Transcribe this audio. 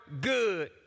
good